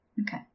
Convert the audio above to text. Okay